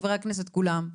חברי הכנסת כולם.